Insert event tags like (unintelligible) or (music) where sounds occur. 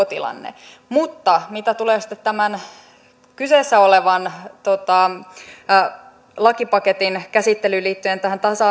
(unintelligible) tilanne mutta mitä tulee sitten tämän kyseessä olevan lakipaketin käsittelyyn liittyen tähän tasa (unintelligible)